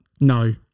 No